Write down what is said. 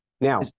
Now